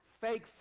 Fake